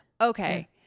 okay